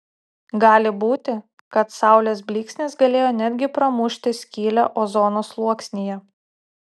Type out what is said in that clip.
gali būti kad saulės blyksnis galėjo net gi pramušti skylę ozono sluoksnyje